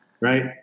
Right